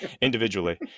individually